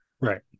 Right